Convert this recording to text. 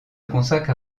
consacre